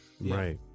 Right